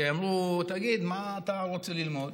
שאמרו: תגיד, מה אתה לומד